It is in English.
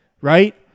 right